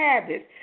habits